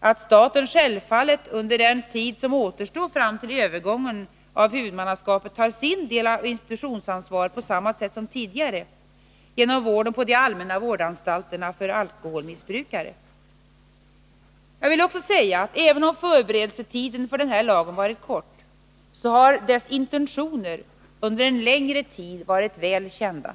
att staten självfallet under den tid som återstår fram till övergången av huvudmannaskapet tar sin del av institutionsansvaret på samma sätt som tidigare genom vården på de allmänna vårdanstalterna för alkoholmissbrukare. Jag vill också säga att även om förberedelsetiden för denna lag varit kort, så har dess intentioner under en längre tid varit väl kända.